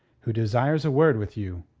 who desires a word with you.